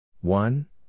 One